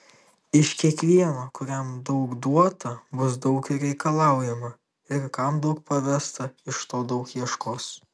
iš kiekvieno kuriam daug duota bus daug ir reikalaujama ir kam daug pavesta iš to daug ieškos